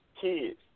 Kids